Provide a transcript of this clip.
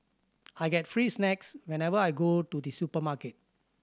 I get free snacks whenever I go to the supermarket